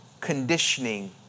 conditioning